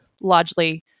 largely